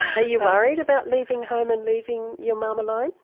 are you worried about leaving home and leaving your mum alone?